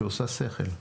שעושה שכל.